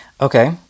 Okay